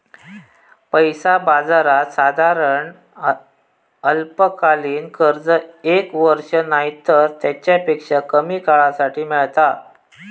पैसा बाजारात साधारण अल्पकालीन कर्ज एक वर्ष नायतर तेच्यापेक्षा कमी काळासाठी मेळता